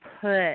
put